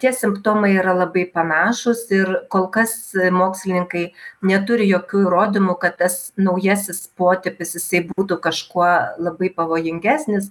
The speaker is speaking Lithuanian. tie simptomai yra labai panašūs ir kol kas mokslininkai neturi jokių įrodymų kad tas naujasis potipis jisai būtų kažkuo labai pavojingesnis